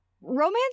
romance